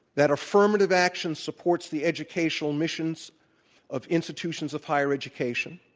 that affirmative action supports the educational missions of institutions of higher education,